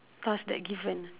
task that given